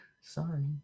Sorry